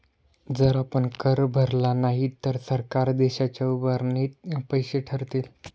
जर आपण कर भरला नाही तर सरकार देशाच्या उभारणीत अपयशी ठरतील